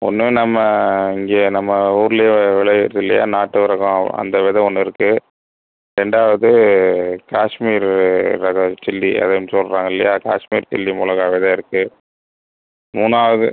ஒன்று நம்ம இங்கேயே நம்ம ஊர்லயே விளையுறது இல்லையா நாட்டு ரகம் அந்த வித ஒன்று இருக்கு ரெண்டாவது காஷ்மீர் வித சில்லி அதை சொல்லுறாங்க இல்லையா காஷ்மீர் சில்லி மிளகா வித இருக்கு மூணாவது